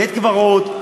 בית-קברות,